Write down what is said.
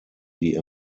die